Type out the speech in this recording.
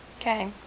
okay